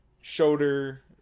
Shoulder